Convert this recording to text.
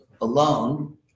alone